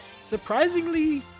surprisingly